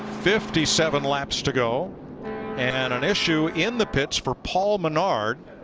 fifty seven laps to go and an issue in the pits for paul menard.